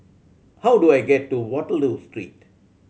how do I get to Waterloo Street